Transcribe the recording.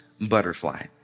butterfly